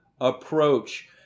approach